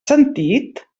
sentit